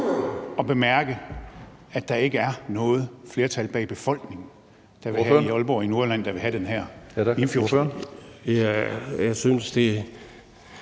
at bemærke, at der ikke er noget flertal i befolkningen i Aalborg og i Nordjylland, der vil have den her